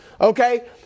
Okay